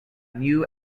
new